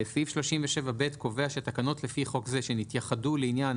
סעיף 37(ב) קובע כך: "תקנות לפי חוק זה שנתייחדו לעניין